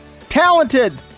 talented